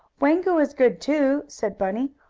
wango is good, too, said bunny.